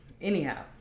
Anyhow